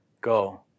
go